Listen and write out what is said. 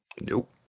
Nope